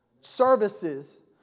services